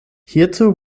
hierzu